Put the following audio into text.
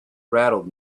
rattled